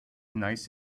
nice